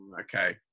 okay